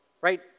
right